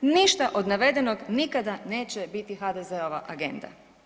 Ništa od navedenog nikada neće biti HDZ-ova agenda.